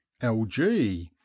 LG